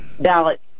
ballot